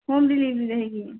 home delivery रहेगी